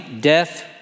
death